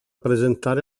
presentare